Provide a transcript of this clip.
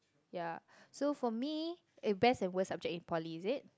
ya so for me eh best and worst subject in Poly is it